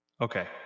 Okay